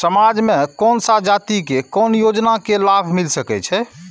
समाज में कोन सा जाति के कोन योजना के लाभ मिल सके छै?